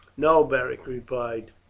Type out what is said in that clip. no, beric replied